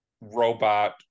robot